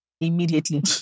Immediately